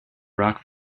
rock